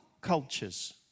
cultures